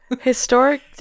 Historic